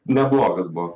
na buvo kas buvo